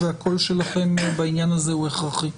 והקול שלכם בעניין הזה הוא הכרחי.